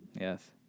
Yes